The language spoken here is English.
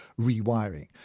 rewiring